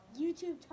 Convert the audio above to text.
YouTube